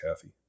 Kathy